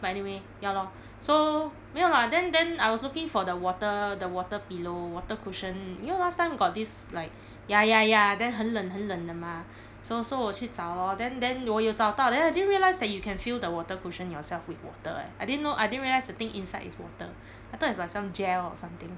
but anyway ya lor so 没有啦 then then I was looking for the water the water pillow water cushion you know last time got this like ya ya ya then 很冷很冷的 mah so so 我去找 lor then then 我有找到 then I didn't realise that you can fill the water cushion yourself with water eh I didn't know I didn't realise that thing inside is water I thought it's like some gel or something